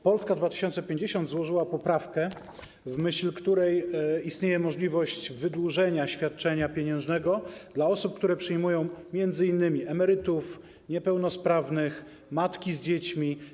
Polska 2050 złożyła poprawkę, w myśl której istnieje możliwość wydłużenia świadczenia pieniężnego dla osób, które przyjmują m.in. emerytów, niepełnosprawnych, matki z dziećmi.